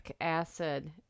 acid